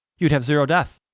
you'd have zero death,